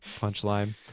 punchline